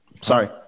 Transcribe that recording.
Sorry